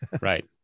Right